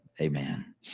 amen